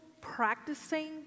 practicing